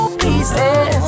pieces